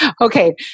Okay